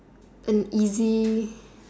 an easy